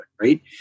right